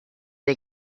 dei